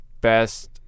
best